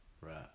Right